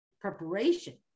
preparation